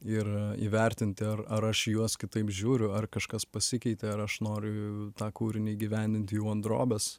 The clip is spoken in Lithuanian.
ir įvertinti ar ar aš į juos kitaip žiūriu ar kažkas pasikeitė ar aš noriu tą kūrinį įgyvendinti jau ant drobės